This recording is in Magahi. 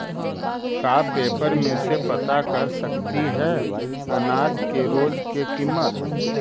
का पेपर में से पता कर सकती है अनाज के रोज के किमत?